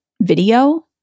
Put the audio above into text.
video